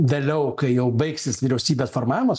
vėliau kai jau baigsis vyriausybės formavimas